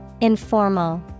Informal